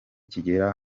kigera